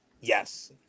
Yes